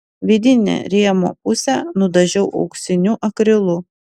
vidinę rėmo pusę nudažiau auksiniu akrilu